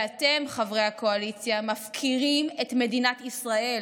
ואתם, חברי הקואליציה, מפקירים את מדינת ישראל